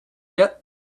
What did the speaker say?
yet